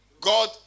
God